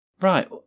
Right